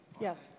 Yes